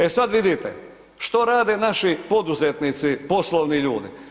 E sad vidite, što rade naši poduzetnici, poslovni ljudi?